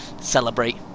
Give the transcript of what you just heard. Celebrate